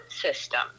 system